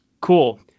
Cool